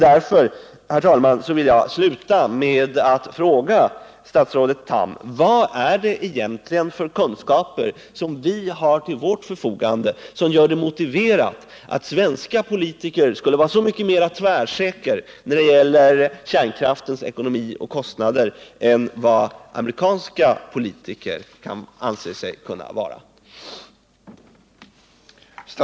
Därför, herr talman, vill jag sluta med att ställa följande fråga till statsrådet Tham: Vad är det egentligen för kunskaper som vi har till vårt förfogande och som gör det motiverat att svenska politiker skulle vara så mycket mera tvärsäkra när det gäller kärnkraftens ekonomi och kostnader än vad amerikanska politiker kan anse sig vara?